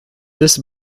this